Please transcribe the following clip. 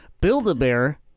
Build-A-Bear